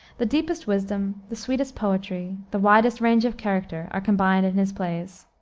the deepest wisdom, the sweetest poetry, the widest range of character, are combined in his plays.